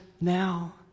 now